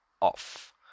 off